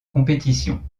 compétitions